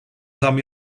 zam